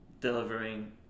delivering